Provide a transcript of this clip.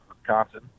Wisconsin